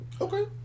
Okay